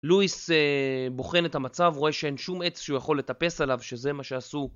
לואיס בוחן את המצב, רואה שאין שום עץ שהוא יכול לטפס עליו, שזה מה שעשו.